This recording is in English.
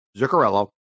Zuccarello